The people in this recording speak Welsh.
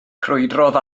crwydrodd